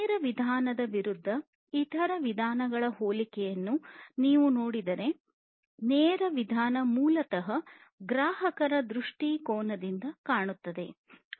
ನೇರ ವಿಧಾನದ ವಿರುದ್ಧ ಇತರ ವಿಧಾನಗಳ ಹೋಲಿಕೆಯನ್ನು ನೀವು ನೋಡಿದರೆ ನೇರ ವಿಧಾನ ಮೂಲತಃ ಗ್ರಾಹಕರ ದೃಷ್ಟಿಕೋನದಿಂದ ಕಾಣುತ್ತವೆ